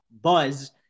Buzz